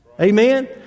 Amen